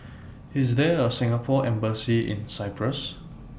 IS There A Singapore Embassy in Cyprus